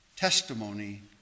Testimony